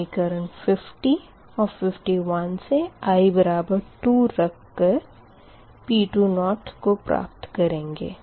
समीकरण 50 और 51 से i बराबर 2 रख कर P2 को प्राप्त करेंगे